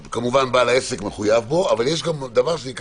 שכמובן, בעל העסק מחויב בו, אבל יש גם איסור